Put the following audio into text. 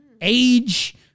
age